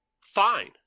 Fine